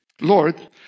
Lord